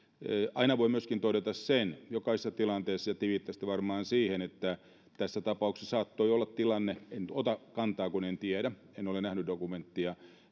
aina voi myöskin todeta sen jokaisessa tilanteessa ja te viittasitte varmaan siihen että tässä tapauksessa saattoi olla tilanne että joku käyttää väärin turvapaikkajärjestelmää en ota kantaa kun en tiedä enkä ole nähnyt dokumenttia